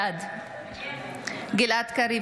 בעד גלעד קריב,